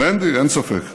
טרנדי, אין ספק.